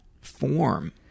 form